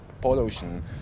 pollution